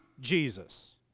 Jesus